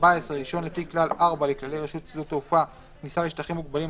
(14)רישיון לפי כלל 4 לכללי רשות שדות התעופה (כניסה לשטחים מוגבלים),